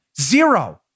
Zero